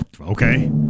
Okay